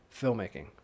filmmaking